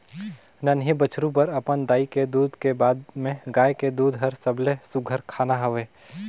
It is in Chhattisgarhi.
नान्हीं बछरु बर अपन दाई के दूद के बाद में गाय के दूद हर सबले सुग्घर खाना हवे